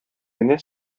генә